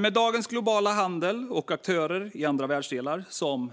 Med dagens globala handel och aktörer i andra världsdelar som